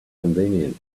convenient